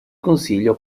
consiglio